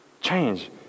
change